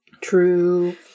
True